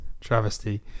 travesty